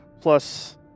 plus